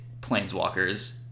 Planeswalkers